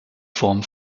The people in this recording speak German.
form